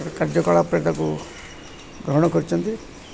କାର୍ଯ୍ୟକଳାପଟାକୁ ଗ୍ରହଣ କରିଛନ୍ତି